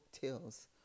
tales